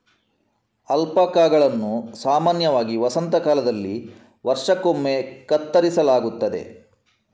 ಅಲ್ಪಾಕಾಗಳನ್ನು ಸಾಮಾನ್ಯವಾಗಿ ವಸಂತ ಕಾಲದಲ್ಲಿ ವರ್ಷಕ್ಕೊಮ್ಮೆ ಕತ್ತರಿಸಲಾಗುತ್ತದೆ